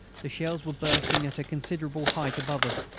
the shells were bursting at a considerable height above us,